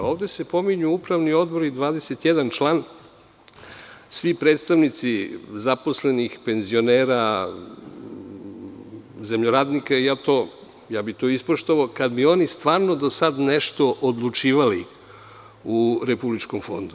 Ovde se pominju upravni odbori, 21 član, svi predstavnici zaposlenih, penzionera, zemljoradnika i to bih ispoštovao kada bi oni stvarno do sada nešto odlučivali u Republičkom fondu.